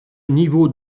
niveau